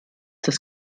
das